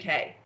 UK